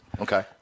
Okay